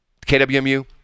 KWMU